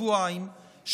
שבועיים,